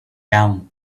down